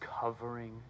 covering